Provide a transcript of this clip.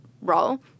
role